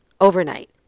overnight